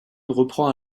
reprend